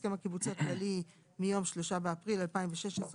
ההסכם הקיבוצי הכללי מיום כ"ד באדר ב' התשע"ו (3 באפריל 2016),